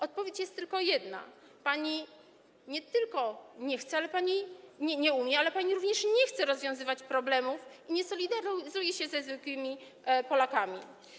Odpowiedź jest tylko jedna: pani nie tylko nie chce, ale pani nie umie, pani również nie chce rozwiązywać problemów i nie solidaryzuje się ze zwykłymi Polakami.